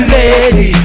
Lady